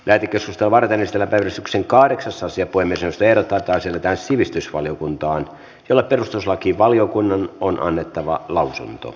merikeskusta varten ystävä päivystyksen kahdeksasosia voimme puhemiesneuvosto ehdottaa että asia lähetetään sivistysvaliokuntaan jolle perustuslakivaliokunnan on annettava lausunto